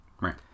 Right